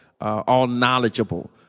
all-knowledgeable